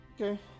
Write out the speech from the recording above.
Okay